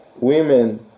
women